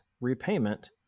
repayment